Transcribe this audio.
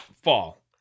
fall